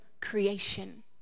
creation